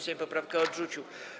Sejm poprawkę odrzucił.